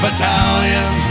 Battalion